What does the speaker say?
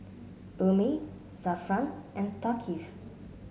Ummi Zafran and Thaqif